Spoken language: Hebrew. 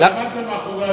אני חייב לומר,